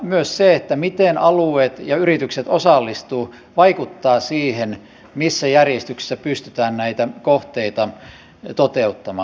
myös se miten alueet ja yritykset osallistuvat vaikuttaa siihen missä järjestyksessä pystytään näitä kohteita toteuttamaan